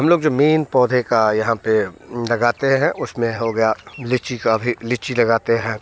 हम लोग जो मैन पौधे का यहाँ पे लगाते हैं उसमें हो गया लीची का भी लीची लगााते हैं